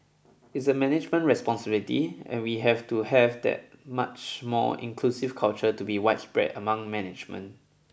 it's a management responsibility and we have to have that much more inclusive culture to be widespread among management